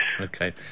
Okay